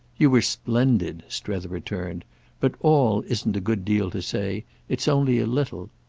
you were splendid, strether returned but all isn't a good deal to say it's only a little.